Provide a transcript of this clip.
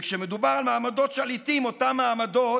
וכשמדובר על מעמדות שליטים, אותם מעמדות